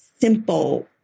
simple